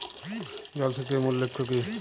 জল সেচের মূল লক্ষ্য কী?